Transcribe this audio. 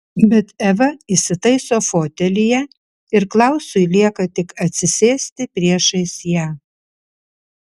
bet eva įsitaiso fotelyje ir klausui lieka tik atsisėsti priešais ją